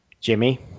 jimmy